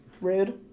Rude